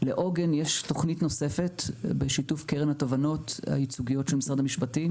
לעוגן יש תכנית נוספת בשיתוף קרן התובענות הייצוגיות של משרד המשפטים